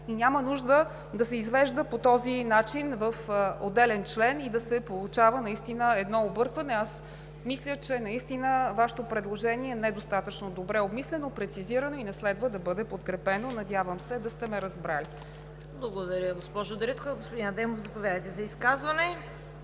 и няма нужда да се извежда по този начин в отделен член и да се получава наистина едно объркване. Аз мисля, че наистина Вашето предложение е недостатъчно добре обмислено, прецизирано и не следва да бъде подкрепено. Надявам се да сте ме разбрали. ПРЕДСЕДАТЕЛ ЦВЕТА КАРАЯНЧЕВА: Благодаря, госпожо Дариткова. Господин Адемов, заповядайте за изказване.